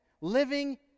Living